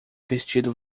vestido